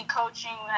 coaching